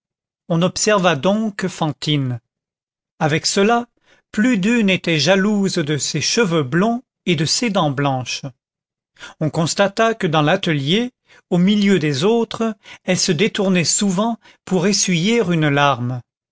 on observa donc fantine avec cela plus d'une était jalouse de ses cheveux blonds et de ses dents blanches on constata que dans l'atelier au milieu des autres elle se détournait souvent pour essuyer une larme